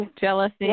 jealousy